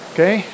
Okay